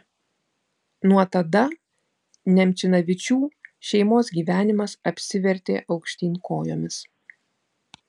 nuo tada nemčinavičių šeimos gyvenimas apsivertė aukštyn kojomis